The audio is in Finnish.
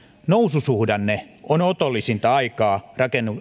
noususuhdanne on otollisinta aikaa